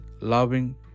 loving